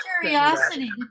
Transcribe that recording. curiosity